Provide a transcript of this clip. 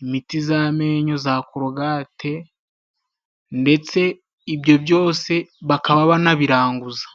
imiti y'amenyo, za korogate, ndetse ibyo byose bakaba banabiranguza.